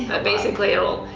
but basically, it'll,